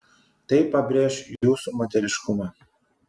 tai pabrėš jūsų moteriškumą